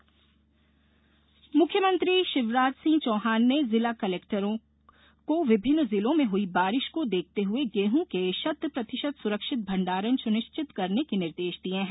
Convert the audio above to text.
मुख्यमंत्री निर्देश मुख्यमंत्री शिवराज सिंह चौहान ने जिला कलेक्टरों विभिन्न जिलों में हई बारिश को देखते हए गेहूँ के शत प्रतिशत सुरक्षित भंडारण सुनिश्चित करने के निर्देश दिए हैं